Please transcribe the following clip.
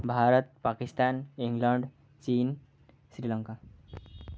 Bharat Pakistan England ଚୀନ ଶ୍ରୀଲଙ୍କା